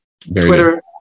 twitter